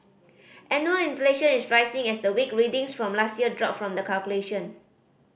annual inflation is rising as the weak readings from last year drop from the calculation